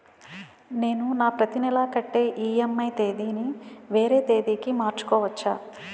నేను నా ప్రతి నెల కట్టే ఈ.ఎం.ఐ ఈ.ఎం.ఐ తేదీ ని వేరే తేదీ కి మార్చుకోవచ్చా?